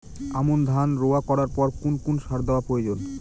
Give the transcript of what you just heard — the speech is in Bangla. আমন ধান রোয়া করার পর কোন কোন সার দেওয়া প্রয়োজন?